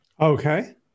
Okay